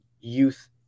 youth